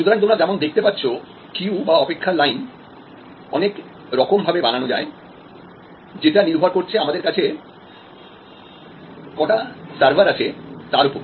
সুতরাং তোমরা যেমন দেখতে পাচ্ছ কিউ অনেক রকম ভাবে বানানো যায় যেটা নির্ভর করছে আমাদের কাছে কতটা সার্ভার আছে তার উপর